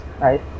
right